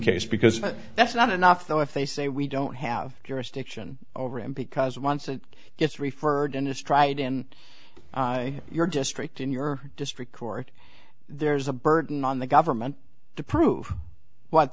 case because that's not enough though if they say we don't have jurisdiction over him because once it gets referred and it's tried in your district in your district court there's a burden on the government to prove what